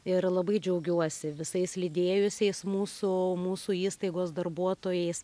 ir labai džiaugiuosi visais lydėjusiais mūsų mūsų įstaigos darbuotojais